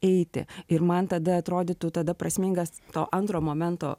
eiti ir man tada atrodytų tada prasmingas to antro momento